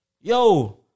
Yo